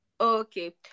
Okay